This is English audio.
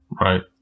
Right